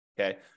okay